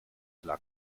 lag